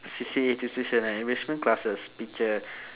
C_C_A t~ tuition enrichment classes teacher